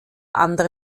andere